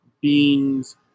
beans